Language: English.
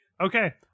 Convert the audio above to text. okay